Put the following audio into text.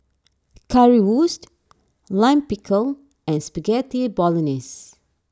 Currywurst Lime Pickle and Spaghetti Bolognese